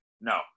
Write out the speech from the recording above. no